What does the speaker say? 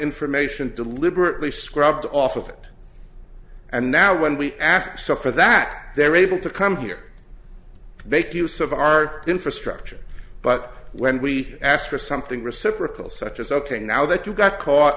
information deliberately scrubbed off of it and now when we ask so for that they're able to come here make use of our infrastructure but when we ask for something reciprocal such as ok now that you got caught